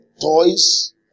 toys